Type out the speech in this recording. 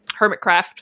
Hermitcraft